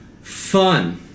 fun